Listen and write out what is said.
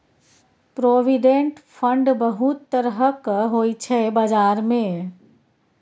provident fund बहुत तरहक होइ छै बजार मे